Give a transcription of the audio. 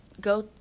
go